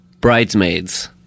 Bridesmaids